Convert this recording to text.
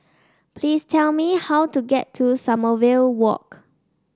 please tell me how to get to Sommerville Walk